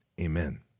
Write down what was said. amen